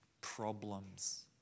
problems